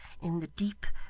in the deep,